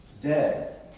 dead